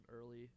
early